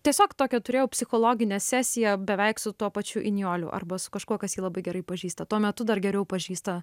tiesiog tokią turėjau psichologinę sesiją beveik su tuo pačiu inijoliu arba su kažkuo kas jį labai gerai pažįsta tuo metu dar geriau pažįsta